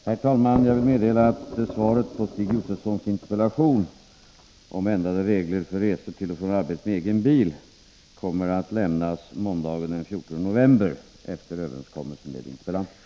Herr talman! Jag vill meddela att svaret på Stig Josefsons interpellation om ändrade regler för resor till och från arbetet med egen bil kommer att lämnas måndagen den 14 november efter överenskommelse med interpellanten.